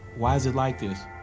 why is it like this?